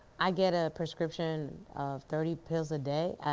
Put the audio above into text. i get a prescription of thirty pills a day,